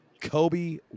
Kobe